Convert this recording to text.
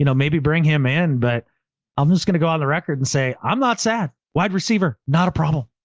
you know maybe bring him in, but i'm just going to go on the record and say, i'm not sad wide receiver, brandan not a problem.